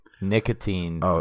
nicotine